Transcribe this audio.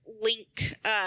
link